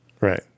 Right